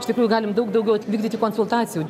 iš tikrųjų galim daug daugiau vykdyti konsultacijų